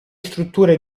strutture